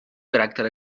caràcter